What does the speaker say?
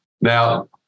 Now